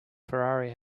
ferrari